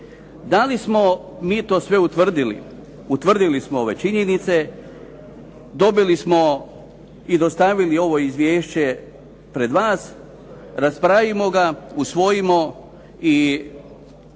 Da li smo mi to sve utvrdili? Utvrdili smo ove činjenice, dobili smo i dostavili ovo izvješće pred vas. Raspravimo ga, usvojimo i